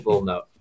note